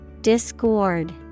Discord